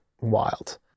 wild